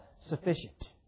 sufficient